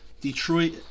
Detroit